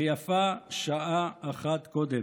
ויפה שעה אחת קודם.